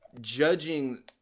judging